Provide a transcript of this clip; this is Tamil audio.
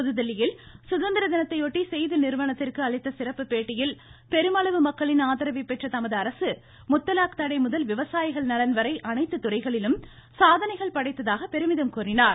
புதுதில்லியில் சுதந்திர தினத்தையொட்டி செய்தி நிறுவனத்திற்கு அளித்த சிறப்பு பேட்டியில் பெருமளவு மக்களின் ஆதரவை பெற்ற தமது அரசு முத்தலாக் தடை முதல் விவசாயிகள் நலன் வரை அனைத்து துறைகளிலும் சாதனைகள் படைத்ததாக பெருமிதம் தெரிவித்தார்